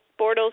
Bortles